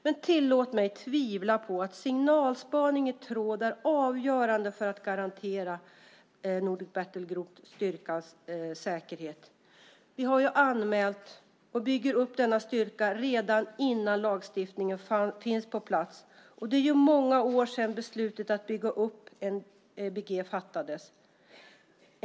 Men tillåt mig tvivla på att signalspaning i tråd är avgörande för att garantera styrkan Nordic Battle Groups säkerhet. Vi har ju anmält och bygger upp denna styrka redan innan lagstiftningen finns på plats, och det är många år sedan beslutet att bygga upp NBG fattades.